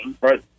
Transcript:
Right